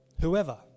whoever